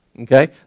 Okay